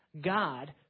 God